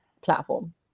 platform